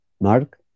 Mark